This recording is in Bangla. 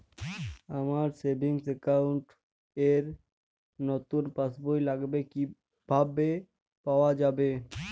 আমার সেভিংস অ্যাকাউন্ট র নতুন পাসবই লাগবে, কিভাবে পাওয়া যাবে?